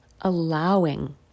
allowing